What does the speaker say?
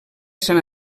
sant